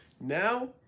Now